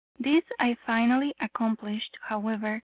this i finally accomplished, however,